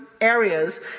areas